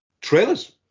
Trailers